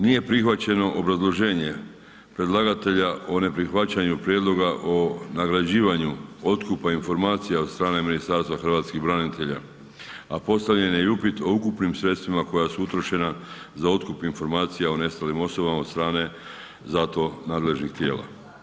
Nije prihvaćeno obrazloženje predlagatelja o neprihvaćanju prijedloga o nagrađivanju otkupa informacija od strane Ministarstva hrvatskih branitelja a i postavljen je i upit o ukupnim sredstvima koja su utrošena za otkup informacija o nestalim osobama od strane za to nadležnih tijela.